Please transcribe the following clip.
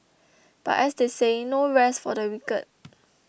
but as they say no rest for the wicked